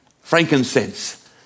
frankincense